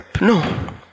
No